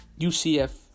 UCF